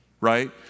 right